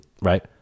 Right